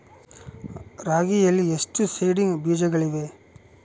ರಾಗಿಯಲ್ಲಿ ಎಷ್ಟು ಸೇಡಿಂಗ್ ಬೇಜಗಳಿವೆ?